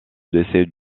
décès